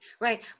right